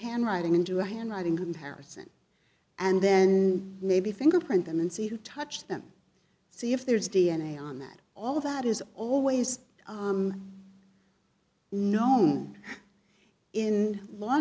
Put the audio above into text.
handwriting and do a handwriting comparison and then maybe fingerprint them and see who touched them see if there's d n a on that all that is always known in law